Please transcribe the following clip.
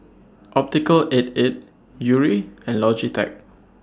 Optical eight eight Yuri and Logitech